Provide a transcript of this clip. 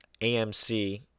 AMC